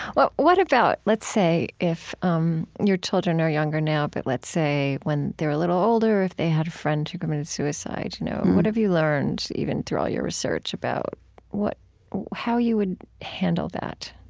what what about, let's say, if um your children are younger now, but let's say when they're a little older, if they had a friend who committed suicide. you know what have you learned, even through all your research, about what how you would handle that?